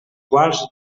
quals